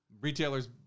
Retailers